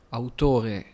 autore